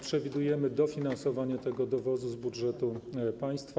Przewidujemy dofinansowanie tego dowozu z budżetu państwa.